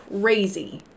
crazy